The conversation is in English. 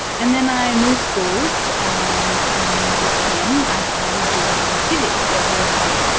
and then i moved schools, and in year ten i started doing physics a year ahead.